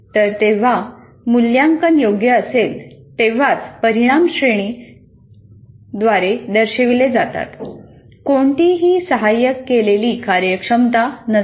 तर जेव्हा मूल्यांकन योग्य असेल तेव्हाच परिणाम श्रेणी द्वारे दर्शविले जातात कोणतीही सहाय्य केलेली कार्यक्षमता नसते